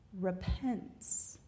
repents